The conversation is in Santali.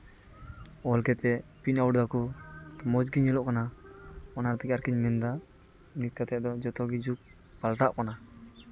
ᱚᱞ ᱠᱟᱛᱮᱫ ᱯᱨᱤᱱᱴ ᱟᱣᱩᱴ ᱫᱟᱠᱚ ᱢᱚᱡᱽᱜᱮ ᱧᱮᱞᱚᱜ ᱠᱟᱱᱟ ᱚᱱᱟ ᱛᱮᱜᱮ ᱟᱨᱠᱤᱧ ᱢᱮᱱᱫᱟ ᱱᱤᱛ ᱠᱟᱛᱮᱫ ᱫᱚ ᱡᱚᱛᱚ ᱠᱤᱪᱷᱩ ᱯᱟᱞᱴᱟᱜ ᱠᱟᱱᱟ